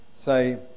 say